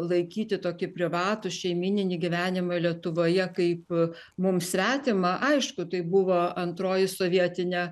laikyti tokį privatų šeimyninį gyvenimą lietuvoje kaip mums svetimą aišku tai buvo antroji sovietinė